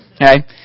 Okay